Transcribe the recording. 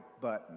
button